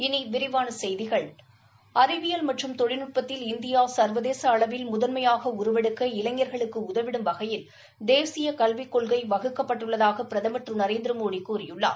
இனி விரிவான செய்திகள் அறிவியல் மற்றும் தொழில்நுட்பத்தில் இந்தியா சள்வதேச அளவில் முதன்மையாக உருவெடுக்க இளைஞர்களுக்கு உதவிடும் வகையில் தேசிய கல்விக் கொள்கை வகுக்கப்பட்டுள்ளதாக பிரதமர் திரு நரேந்திரமோடி கூறியுள்ளார்